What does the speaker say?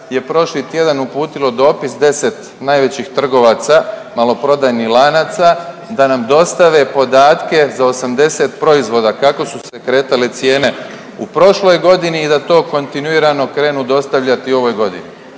je prošli tjedan uputilo dopis 10 najvećih trgovaca maloprodajnih lanaca da nam dostave podatke za 80 proizvoda kako su se kretale cijene u prošloj godini i da to kontinuirano krenu dostavljati i u ovoj godini.